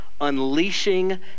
unleashing